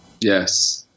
Yes